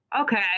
Okay